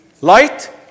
light